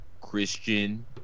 christian